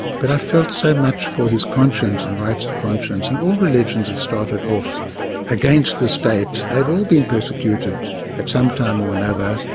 but i felt so much for his conscience and rights of conscience, and all religions have started off against the state. they've all been persecuted at some time or another,